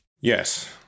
Yes